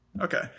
Okay